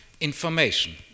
information